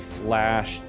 Flash